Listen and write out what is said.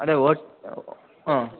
ಅದೆ ಓಟ್ ಹಾಂ